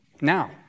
Now